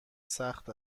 سخت